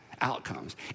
outcomes